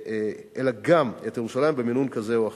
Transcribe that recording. אלא גם את ירושלים במינון כזה או אחר.